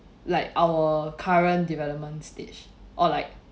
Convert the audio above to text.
like our current development stage or like